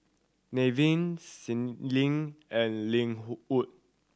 Nevin Caitlynn and Lenwood